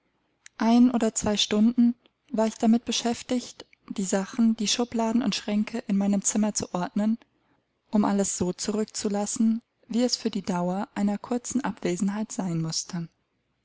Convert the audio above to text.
ein oder zwei stunden war ich damit beschäftigt die sachen die schiebladen und schränke in meinem zimmer zu ordnen um alles so zurückzulassen wie es für die dauer einer kurzen abwesenheit sein mußte